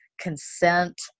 consent